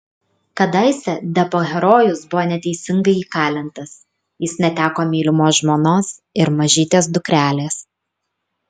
kadaise deppo herojus buvo neteisingai įkalintas jis neteko mylimos žmonos ir mažytės dukrelės